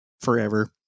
forever